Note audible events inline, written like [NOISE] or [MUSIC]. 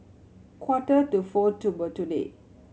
quarter to four to [UNINTELLIGIBLE] today